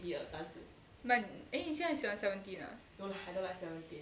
but eh 你现在喜欢 seventeen ah